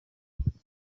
rose